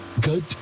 good